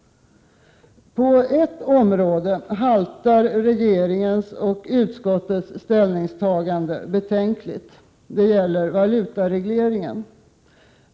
På ert område haltar regeringens och utskottets ställningstagande betänkligt. Det gäller valutaregleringen.